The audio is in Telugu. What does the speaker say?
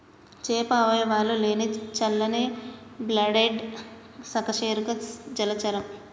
చేప అవయవాలు లేని చల్లని బ్లడెడ్ సకశేరుక జలచరం